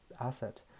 asset